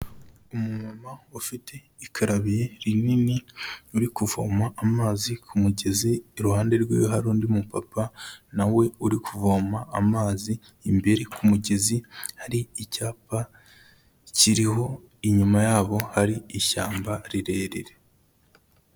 Umumama ufite ikarabiye rinini uri kuvoma amazi ku mugezi, iruhande rwiwe hari undi mupapa na we uri kuvoma amazi, imbere ku mugezi hari icyapa kiriho, inyuma yabo hari ishyamba rirerire.